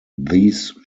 these